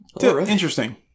Interesting